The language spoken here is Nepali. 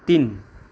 तिन